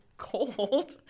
Cold